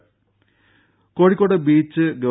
രുര കോഴിക്കോട് ബീച്ച് ഗവ